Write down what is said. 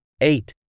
eight